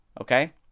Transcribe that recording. okay